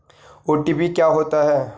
OTP क्या होता है?